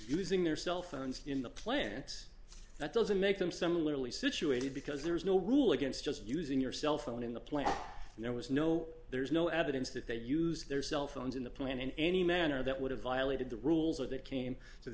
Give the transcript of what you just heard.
using their cell phones in the plants that doesn't make them someone literally situated because there is no rule against just using your cell phone in the plan there was no there is no evidence that they use their cell phones in the plan in any manner that would have violated the rules or that came to the